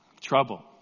trouble